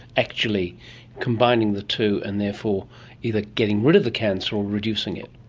actually combining the two and therefore either getting rid of the cancer or reducing it?